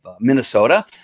Minnesota